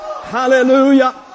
Hallelujah